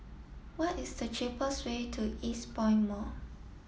what is the cheapest way to Eastpoint Mall